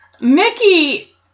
Mickey